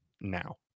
now